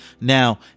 Now